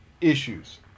issues